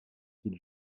qu’il